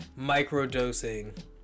microdosing